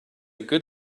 good